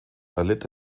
erlitt